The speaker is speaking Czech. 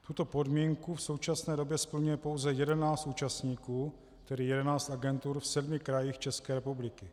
Tuto podmínku v současné době splňuje pouze 11 účastníků, tedy 11 agentur v sedmi krajích České republiky.